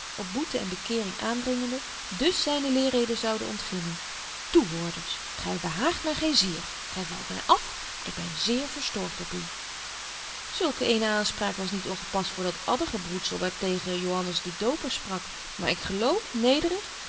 op boete en bekeering aandringende dus zyne leerrede zoude ontginnen toehoorders gy behaagt my geen zier gy valt my af ik ben zeer verstoort op u zulk eene aanspraak was niet ongepast voor dat addergebroedzel waar tegen joannes de doper sprak maar ik geloof nederig